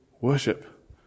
worship